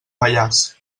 pallars